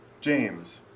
James